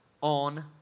on